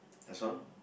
that's all